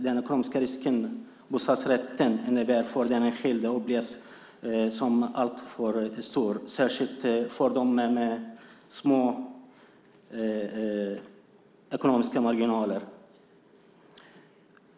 Den ekonomiska risken med bostadsrätten upplevs som alltför stor, särskilt för dem med små ekonomiska marginaler.